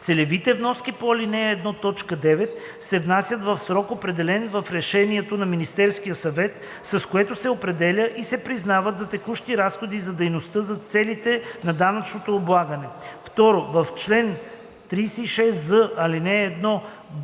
Целевите вноски по ал. 1, т. 9 се внасят в срок, определен в решението на Министерския съвет, с което се определят и се признават за текущи разходи за дейността за целите на данъчното облагане.“ 2. В чл. 36з, ал. 1